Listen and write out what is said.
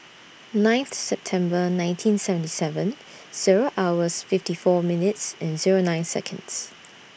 ninth September nineteen seventy seven Zero hours fifty four minutes and Zero nine Seconds